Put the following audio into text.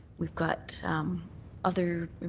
we've got other